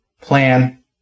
plan